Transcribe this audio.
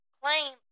claim